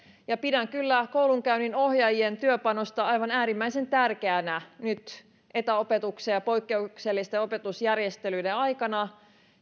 pidän kyllä koulunkäynninohjaajien työpanosta aivan äärimmäisen tärkeänä nyt etäopetuksen ja poikkeuksellisten opetusjärjestelyiden aikana